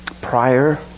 prior